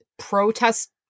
Protest